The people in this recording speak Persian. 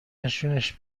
نشونش